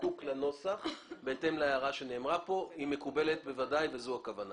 זיקוק לנוסח בהתאם להערה שנאמרה כאן שהיא מקובלת וזו הכוונה.